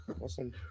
Awesome